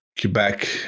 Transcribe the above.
Quebec